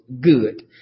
good